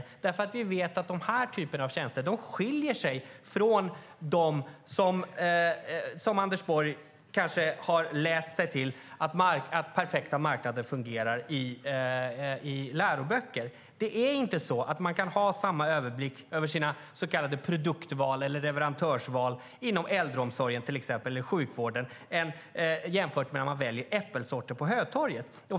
Det är för att vi vet att den här typen av tjänster skiljer sig från hur Anders Borg kanske har läst sig till i läroböcker att perfekta marknader fungerar. Det är inte så att man kan ha samma överblick över sina så kallade produktval eller leverantörsval inom till exempel äldreomsorgen eller sjukvården som när man väljer äppelsorter på Hötorget.